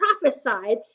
prophesied